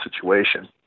situation